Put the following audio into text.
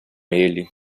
ele